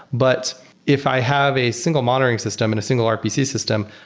but if i have a single monitoring system and a single rpc system,